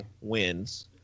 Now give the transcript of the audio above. wins